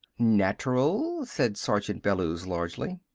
natural! said sergeant bellews largely.